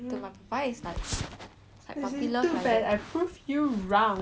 like puppy love like that